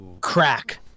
crack